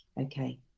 okay